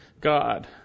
God